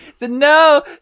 no